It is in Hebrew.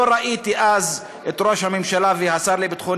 לא ראיתי אז את ראש הממשלה והשר לביטחון